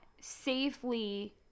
safely